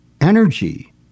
energy